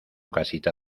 casita